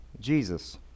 Jesus